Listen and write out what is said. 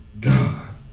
God